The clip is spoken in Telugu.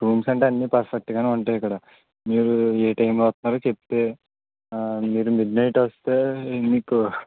రూమ్స్ అంటే అన్ని పర్ఫెక్ట్గానే ఉంటాయి ఇక్కడ మీరు ఏ టైంలో వస్తున్నారో చెప్తే మీరు మిడ్నైట్ వస్తే మీకు